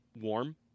warm